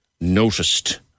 noticed